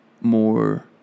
more